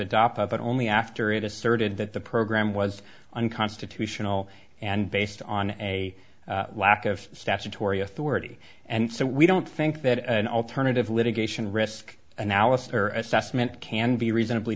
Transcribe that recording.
it only after it asserted that the program was unconstitutional and based on a lack of statutory authority and so we don't think that an alternative litigation risk analysis or assessment can be reasonably